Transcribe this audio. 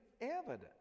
evident